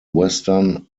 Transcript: western